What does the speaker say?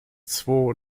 zwo